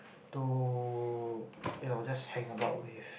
to you know just hang about with